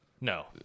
No